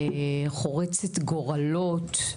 חורצת גורלות,